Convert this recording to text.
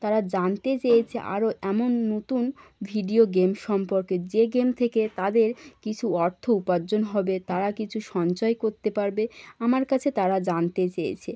তারা জানতে চেয়েছে আরো এমন নতুন ভিডিও গেম সম্পর্কে যে গেম থেকে তাদের কিছু অর্থ উপার্জন হবে তারা কিছু সঞ্চয় করতে পারবে আমার কাছে তারা জানতে চেয়েছে